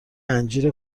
انجیر